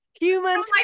Humans